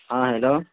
ہاں ہلو